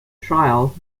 trial